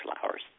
flowers